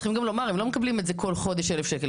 צריכים גם לומר, הם לא מקבלים כל חודש 1,000 שקל.